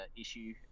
issue